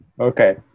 Okay